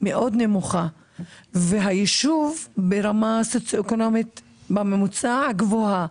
מאוד נמוכה והיישוב ברמה סוציואקונומית בממוצע גבוהה,